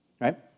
right